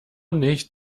nicht